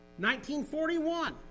1941